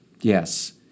Yes